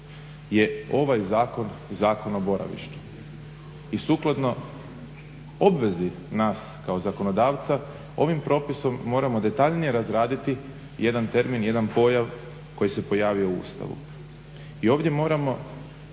je ovaj zakon Zakon o boravištu i sukladno obvezi nas kao zakonodavca ovim propisom moramo detaljnije razraditi jedan termin, jedan pojam koji se pojavio u Ustavu. I ovdje moramo